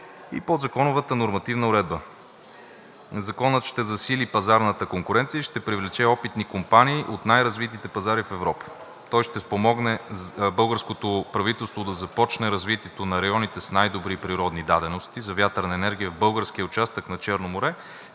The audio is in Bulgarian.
и подзаконовата нормативна уредба. Законът ще засили пазарната конкуренция и ще привлече опитни компании от най-развитите пазари в Европа. Той ще спомогне българското правителство да започне развитието на районите с най-добри природни дадености за вятърна енергия в българския участък на Черно море